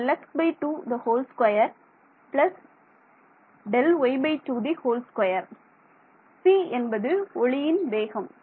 c என்பது ஒளியின் வேகம்